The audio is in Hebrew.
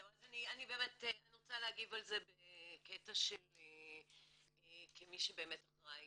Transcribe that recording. אני רוצה להגיב על זה בקטע של כמי שבאמת אחראי